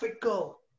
Fickle